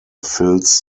fills